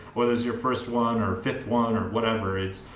whether it's your first one or fifth one or whatever it's,